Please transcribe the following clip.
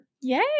Yay